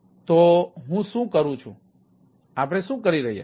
તો હું શું કરું છું આપણે શું કરી રહ્યા છીએ